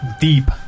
deep